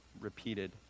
repeated